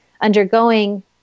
undergoing